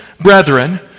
brethren